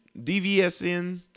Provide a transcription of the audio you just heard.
DVSN